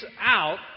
out